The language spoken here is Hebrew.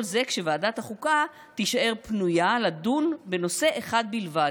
כל זה כדי שוועדת החוקה תישאר פנויה לדון בנושא אחד בלבד: